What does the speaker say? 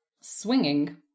swinging